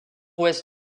ouest